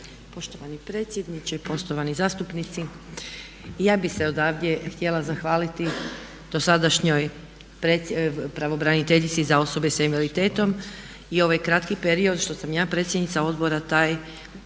Poštovani predsjedniče, poštovani zastupnici. Ja bih se odavde htjela zahvaliti dosadašnjoj pravobraniteljici za osobe s invaliditetom i ovaj kratki period što sam ja predsjednica Odbora taj suradnja